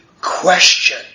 question